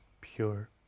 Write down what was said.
Pure